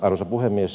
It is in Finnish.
arvoisa puhemies